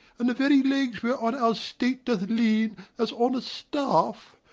and the very legs whereon our state doth lean as on a staff,